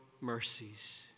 mercies